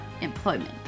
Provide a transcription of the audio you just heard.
employment